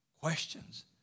Questions